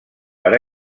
per